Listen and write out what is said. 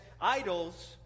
idols